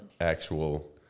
actual